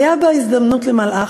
הייתה בה הזדמנות למלאך.